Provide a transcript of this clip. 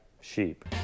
sheep